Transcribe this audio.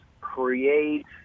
create